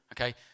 okay